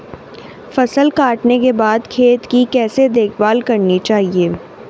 फसल काटने के बाद खेत की कैसे देखभाल करनी चाहिए?